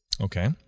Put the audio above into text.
Okay